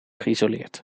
geïsoleerd